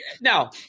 now